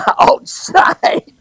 outside